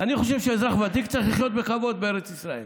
אני חושב שאזרח ותיק צריך לחיות בכבוד בארץ ישראל